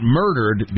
murdered